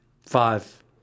five